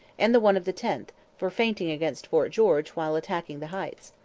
and the one of the tenth, for feinting against fort george while attacking the heights.